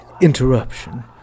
interruption